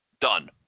Done